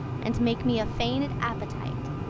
and make me a feigned appetite,